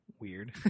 weird